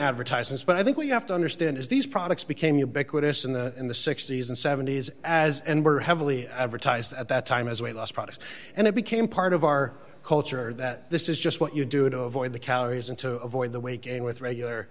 advertisements but i think what you have to understand is these products became ubiquitous in the in the sixty's and seventy's as and were heavily advertised at that time as a weight loss product and it became part of our culture that this is just what you do to avoid the calories and to avoid the weight gain with regular